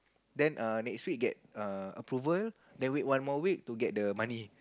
then err next week get err approval then wait one more week to get the money